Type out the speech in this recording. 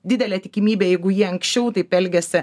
didelė tikimybė jeigu jie anksčiau taip elgėsi